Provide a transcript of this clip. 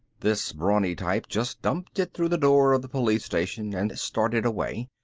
this brawny type just dumped it through the door of the police station and started away.